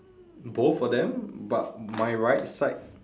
both of them but my right side